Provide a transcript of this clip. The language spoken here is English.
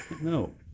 no